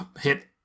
hit